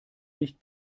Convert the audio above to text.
nicht